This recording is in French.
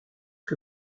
que